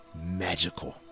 magical